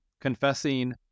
confessing